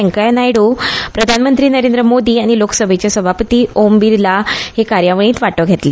वेंकय्या नायडू प्रधानमंत्री नरेंद्र मोदी आनी लोकसभेचे सभापती ओम बिर्ला हेवूय कार्यावळींत वांटो घेतले